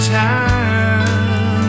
time